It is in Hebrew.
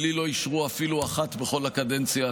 כי לא אישרו אפילו אחת בקדנציה הקודמת.